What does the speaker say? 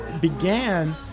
began